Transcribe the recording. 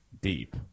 deep